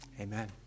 Amen